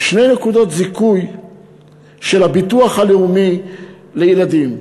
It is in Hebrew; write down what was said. שתי נקודות זיכוי של הביטוח הלאומי לילדים,